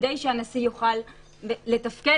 כדי שהנשיא יוכל לתפקד.